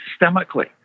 systemically